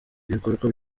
ibikorwa